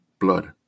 blood